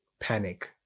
panic